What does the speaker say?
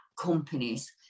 companies